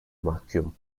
mahkum